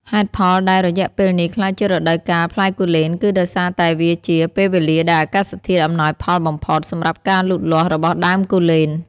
ហេតុផលដែលរយៈពេលនេះក្លាយជារដូវកាលផ្លែគូលែនគឺដោយសារតែវាជា ពេលវេលាដែលអាកាសធាតុអំណោយផលបំផុត សម្រាប់ការលូតលាស់របស់ដើមគូលែន។